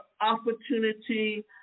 opportunity